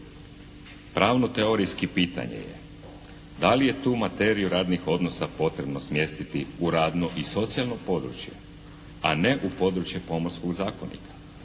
Pravno-teorijski pitanje je da li je tu materiju radnih odnosa potrebno smjestiti u radno i socijalno područje, a ne u područje Pomorskog zakonika?